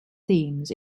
themes